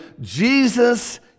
Jesus